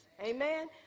Amen